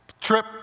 trip